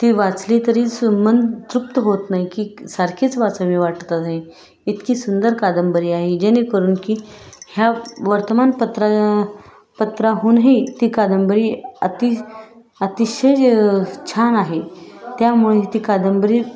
ती वाचली तरीच मन तृप्त होत नाही की सारखेच वाचवी वाटत आहे इतकी सुंदर कादंबरी आहे जेणेकरून की ह्या वर्तमान पत्रा पत्राहूनही ती कादंबरी अति अतिशय छान आहे त्यामुळे ती कादंबरी